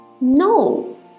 No